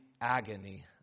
agony